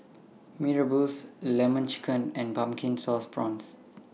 Mee Rebus Lemon Chicken and Pumpkin Sauce Prawns